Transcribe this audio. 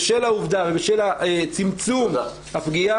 בשל העובדה ובשל צמצום הפגיעה,